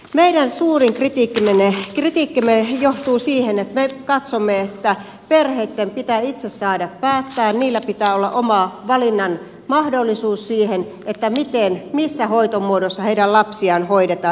meidän suurin kritiikkimme johtuu siitä että me katsomme että perheitten pitää itse saada päättää niillä pitää olla oma valinnan mahdollisuus siinä missä hoitomuodossa heidän lapsiaan hoidetaan